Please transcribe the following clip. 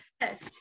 yes